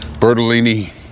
Bertolini